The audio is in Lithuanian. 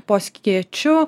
po skėčiu